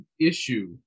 issue